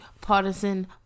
partisan